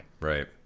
Right